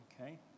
okay